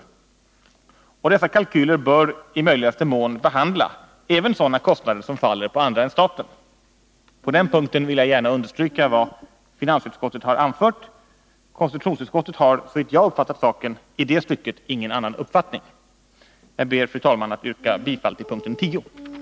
Och dessa kalkyler bör i möjligaste mån behandla även sådana kostnader som faller på andra än staten. På den punkten vill jag gärna understryka vad finansutskottet har anfört; konstitutionsutskottet har såvitt jag uppfattat saken i det stycket ingen annan uppfattning. Jag ber, fru talman, att få yrka bifall till utskottets hemställan under mom. 10.